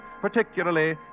particularly